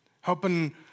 Helping